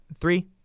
Three